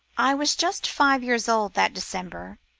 i was just five years old, that december,